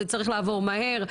שזה צריך לעבור מהר.